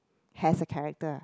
has a character